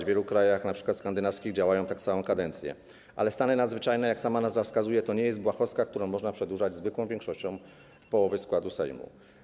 W wielu krajach, np. skandynawskich, działają tak całą kadencję, ale stany nadzwyczajne, jak sama nazwa wskazuje, to nie jest błahostka, którą można przedłużać zwykłą większością składu Sejmu.